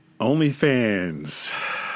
OnlyFans